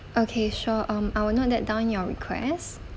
okay sure um I will note that down your requests